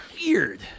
weird